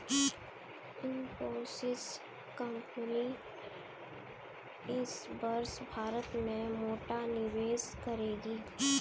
Infosys company इस वर्ष भारत में मोटा निवेश करेगी